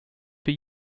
for